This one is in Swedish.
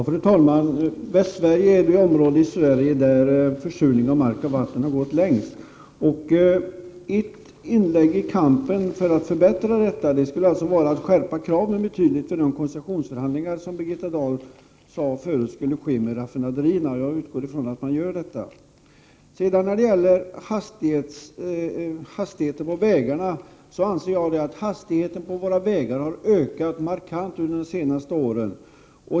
Fru talman! Västsverige är ett område där försurningen av mark och vatten har gått längst. Ett inslag i kampen för att förbättra detta skulle vara att skärpa kraven betydligt för de koncessionsförhandlingar som Birgitta Dahl sade förut skulle ske med raffinaderierna. Jag utgår från att man gör det. När det sedan gällde hastigheten på vägarna anser jag att den har ökat markant under de senaste åren.